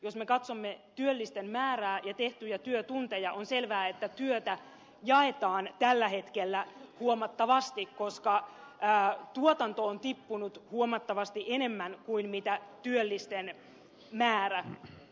jos me katsomme työllisten määrää ja tehtyjä työtunteja on selvää että työtä jaetaan tällä hetkellä huomattavasti koska tuotanto on tippunut huomattavasti enemmän kuin työllisten määrä